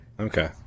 Okay